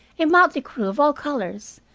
a motley crew of all colors,